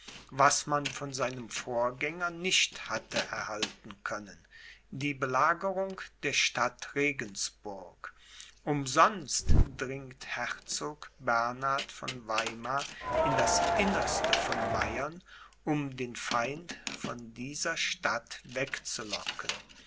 was man von seinem vorgänger nicht hatte erhalten können die belagerung der stadt regensburg umsonst dringt herzog bernhard von weimar in das innerste von bayern um den feind von dieser stadt wegzulocken